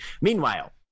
Meanwhile